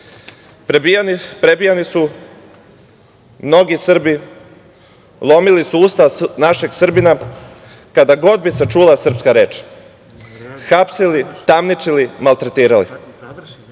su mnogi Srbi, lomili su usta našeg Srbina kada god bi se čula srpska reč. Hapsili, tamničili, maltretirali.